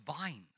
vines